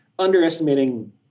underestimating